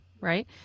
Right